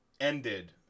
ended